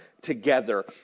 together